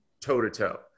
toe-to-toe